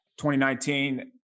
2019